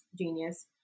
genius